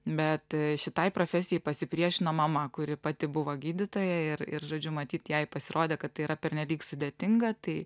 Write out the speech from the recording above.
bet šitai profesijai pasipriešino mama kuri pati buvo gydytoja ir ir žodžiu matyt jai pasirodė kad tai yra pernelyg sudėtinga tai